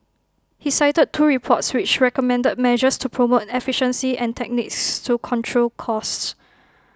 he cited two reports which recommended measures to promote efficiency and techniques to control costs